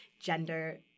gender